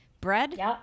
bread